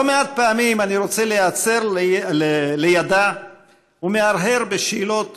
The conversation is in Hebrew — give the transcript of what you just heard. לא מעט פעמים אני רוצה להיעצר לידה ולהרהר בשאלות